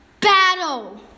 battle